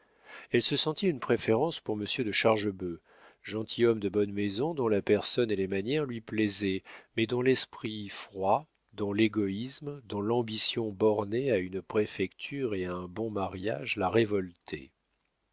elle se sentit une préférence pour monsieur de chargebœuf gentilhomme de bonne maison dont la personne et les manières lui plaisaient mais dont l'esprit froid dont l'égoïsme dont l'ambition bornée à une préfecture et à un bon mariage la révoltaient